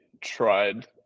tried